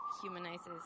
humanizes